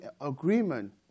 agreement